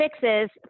fixes